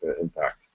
impact